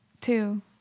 Two